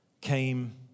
came